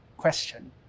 question